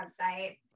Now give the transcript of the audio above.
website